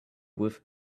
with